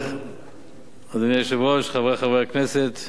אדוני היושב-ראש, חברי חברי הכנסת,